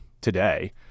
today